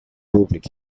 public